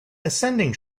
ascending